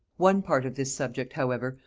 one part of this subject, however,